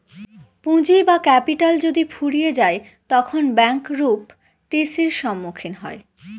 পুঁজি বা ক্যাপিটাল যদি ফুরিয়ে যায় তখন ব্যাঙ্ক রূপ টি.সির সম্মুখীন হয়